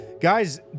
Guys